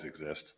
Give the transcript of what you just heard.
exist